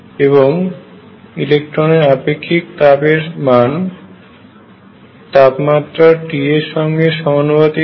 এবং ইলেকট্রনের আপেক্ষিক তাপ এর মান তাপমাত্রা T এর সঙ্গে সমানুপাতিক হয়